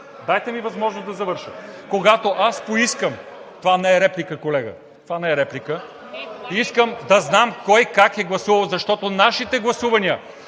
Дайте ми възможност да завърша. Когато аз поискам... (Реплика от ДПС.) Това не е реплика, колега, това не е реплика. Искам да знам кой как е гласувал, защото нашите гласувания